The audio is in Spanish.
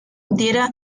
diera